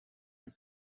hun